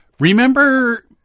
Remember